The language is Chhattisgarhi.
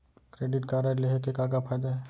क्रेडिट कारड लेहे के का का फायदा हे?